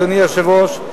אדוני היושב-ראש,